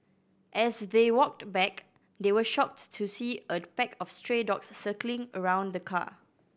as they walked back they were shocked to see a pack of stray dogs circling around the car